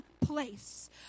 place